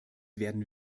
werden